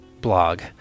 blog